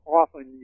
often